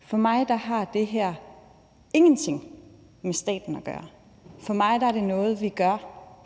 For mig har det her ingenting med staten at gøre. For mig er det noget, vi gør